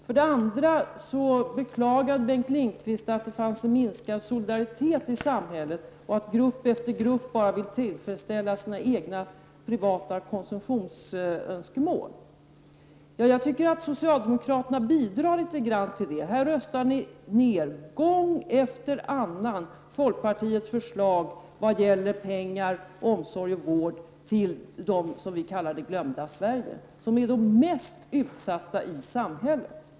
Bengt Lindqvist beklagade att solidariteten i samhället hade minskat och att grupp efter grupp bara vill tillfredsställa sina egna privata konsumtionsönskemål. Jag tycker att socialdemokraterna bidrar till det litet grand. Socialdemokraterna röstar gång efter annan ned folkpartiets förslag när det gäller pengar till omsorg och vård till den grupp som vi kallar det glömda Sverige. Det är den mest utsatt gruppen i samhället.